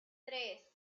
tres